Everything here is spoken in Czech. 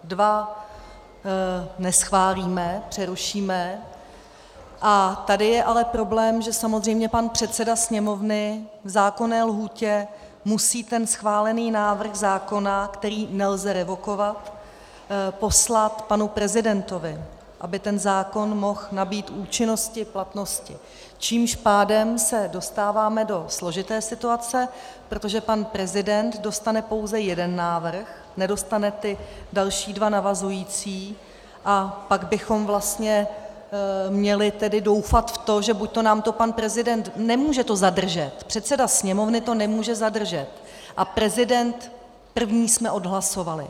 Dva neschválíme, přerušíme, a tady je ale problém, že samozřejmě pan předseda Sněmovny v zákonné lhůtě musí ten schválený návrh zákona, který nelze revokovat, poslat panu prezidentovi, aby ten zákon mohl nabýt účinnosti, platnosti, čímž pádem se dostáváme do složité situace, protože pan prezident dostane pouze jeden návrh, nedostane ty další dva navazující, a pak bychom vlastně měli tedy doufat v to, že buďto nám to pan prezident nemůže to zadržet, předseda Sněmovny to nemůže zadržet a prezident první jsme odhlasovali.